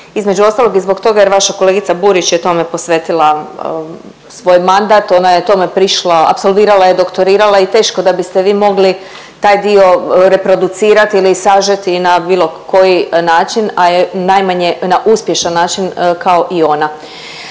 između ostalog i zbog toga jer vaša kolegica Burić je tome posvetila svoj mandat, ona je tome prišla, apsolvirala je, doktorirala i teško da biste vi mogli taj dio reproducirati ili sažeti na bilo koji način, a najmanji na uspješan način kao i ona.